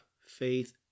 faith